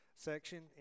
section